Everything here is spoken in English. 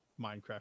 minecraft